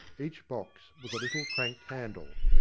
each box with a little cranked handle.